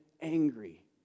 angry